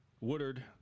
Woodard